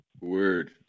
word